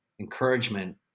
encouragement